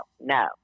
no